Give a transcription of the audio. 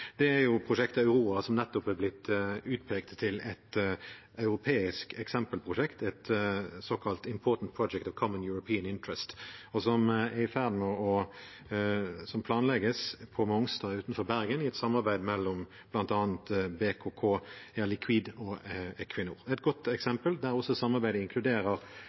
er prosjektet Aurora. Det er nettopp blitt utpekt til et europeisk eksempelprosjekt, et såkalt Important Project of Common European Interest. Det planlegges på Mongstad utenfor Bergen, i et samarbeid mellom bl.a. BKK, Air Liquide og Equinor, et godt eksempel der samarbeidet også inkluderer